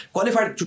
Qualified